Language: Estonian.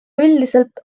üldiselt